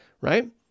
right